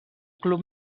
club